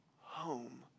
home